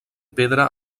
pedra